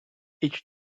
each